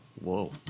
Whoa